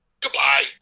Goodbye